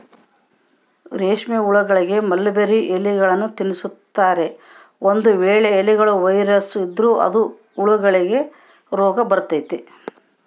ರೇಷ್ಮೆಹುಳಗಳಿಗೆ ಮಲ್ಬೆರ್ರಿ ಎಲೆಗಳ್ನ ತಿನ್ಸ್ತಾರೆ, ಒಂದು ವೇಳೆ ಎಲೆಗಳ ವೈರಸ್ ಇದ್ರ ಅದು ಹುಳಗಳಿಗೆ ರೋಗಬರತತೆ